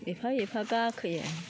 एफा एफा गाखोयो